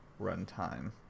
runtime